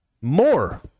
More